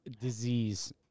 disease